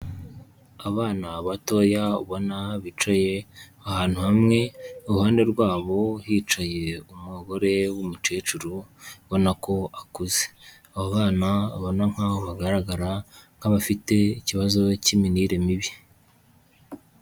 Abana batoya ubona bicaye ahantu hamwe, iruhande rwabo hicaye umugore w'umukecuru ubona ko akuze, abo bana ubona nkaho bagaragara nk'abafite ikibazo cy'imirire mibi.